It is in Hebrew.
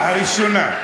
הראשונה.